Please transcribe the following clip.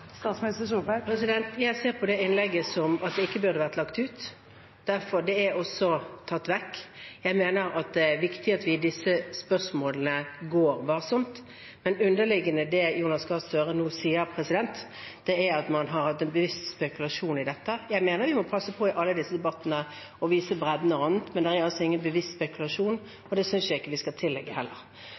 Jeg ser på det innlegget som at det ikke burde vært lagt ut. Derfor er det også tatt vekk. Jeg mener det er viktig at vi i disse spørsmålene trår varsomt. Men underliggende i det Jonas Gahr Støre nå sier, er at man har hatt en bevisst spekulasjon i dette. Jeg mener man i alle disse debattene må passe på å vise bredden. Men det er altså ingen bevisst spekulasjon, og det synes jeg ikke vi skal tillegge heller.